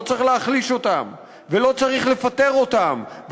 לא צריך להחליש אותם ולא צריך לפטר אותם.